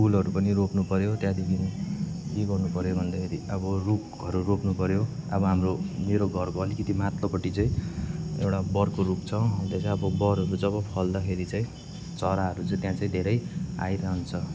फुलहरू पनि रोप्नु पऱ्यो त्यहाँदेखि के गर्नु पऱ्यो भन्दाखेरि अब रुखहरू रोप्नु पऱ्यो अब हाम्रो मेरो घरको अलिकति माथिल्लोपट्टि चाहिँ एउटा बरको रुख छ त्यहाँ चाहिँ बरहरू जब फल्दाखेरि चाहिँ चराहरू चाहिँ त्यहाँ चाहिँ धेरै आइरहन्छ